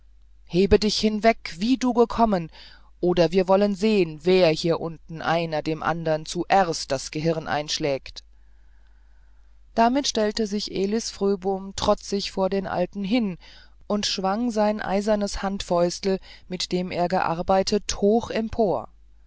hebe dich hinweg wie du gekommen oder wir wollen sehen wer hier unten einer dem andern zuerst das gehirn einschlägt damit stellte sich elis fröbom trotzig vor den alten hin und schwang sein eisernes handfäustel mit dem er gearbeitet hoch empor